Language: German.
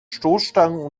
stoßstangen